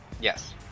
yes